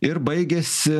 ir baigiasi